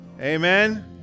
Amen